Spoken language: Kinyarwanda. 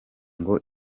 ngo